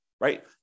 right